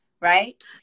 right